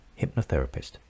hypnotherapist